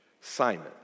Simon